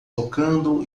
tocando